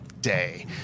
Day